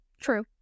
True